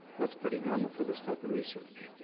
that's pretty normal for this type of research.